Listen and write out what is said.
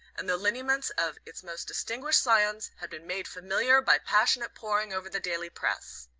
and the lineaments of its most distinguished scions had been made familiar by passionate poring over the daily press.